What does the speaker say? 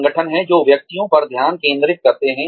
संगठन हैं जो व्यक्तियों पर ध्यान केंद्रित करते हैं